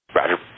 Roger